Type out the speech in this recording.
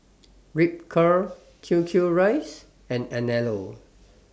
Ripcurl Q Q Rice and Anello